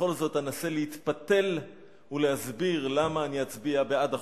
ובכל זאת אנסה להתפתל ולהסביר למה אני אצביע בעד החוק.